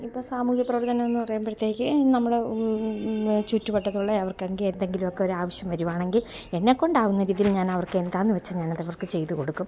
ഇപ്പം സാമൂഹ്യ പ്രവർത്തനം എന്ന് പറയുമ്പഴ്ത്തേക്ക് നമ്മൾ ചുറ്റുവട്ടത്തുള്ള അവർക്ക് ഒക്കെ എന്തെങ്കിലും ഒക്കെ ഒരു ആവശ്യം വരുവാണെങ്കിൽ എന്നെക്കൊണ്ട് ആവുന്ന രീതിയിൽ ഞാൻ അവർക്ക് എന്താണെന്ന് വെച്ചാൽ ഞാനത് അവർക്ക് ചെയ്ത് കൊടുക്കും